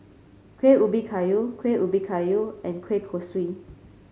Kueh Ubi Kayu Kueh Ubi Kayu and Kueh Kosui